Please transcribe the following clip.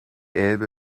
elbe